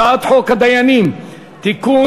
הצעת חוק הדיינים (תיקון,